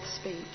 speech